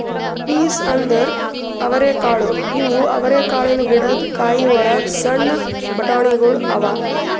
piece ಅಂದುರ್ ಅವರೆಕಾಳು ಇವು ಅವರೆಕಾಳಿನ ಗಿಡದ್ ಕಾಯಿ ಒಳಗ್ ಸಣ್ಣ ಬಟಾಣಿಗೊಳ್ ಅವಾ